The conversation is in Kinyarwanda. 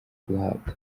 guhabwa